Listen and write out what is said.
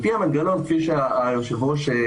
לפי המנגנון, כפי שפירט